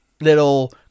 little